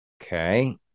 Okay